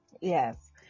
Yes